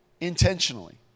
intentionally